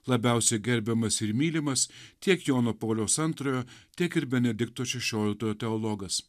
labiausiai gerbiamas ir mylimas tiek jono pauliaus antrojo tiek ir benedikto šešioliktojo teologas